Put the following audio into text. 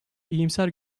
iyimser